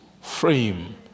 frame